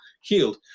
healed